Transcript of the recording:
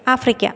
Africa